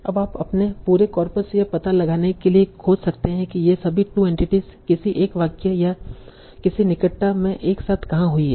अब आप अपने पूरे कॉर्पस से यह पता लगाने के लिए खोज सकते हैं कि ये सभी 2 एंटिटीस किसी एक वाक्य या किसी निकटता में एक साथ कहां हुई हैं